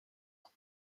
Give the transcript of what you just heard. ans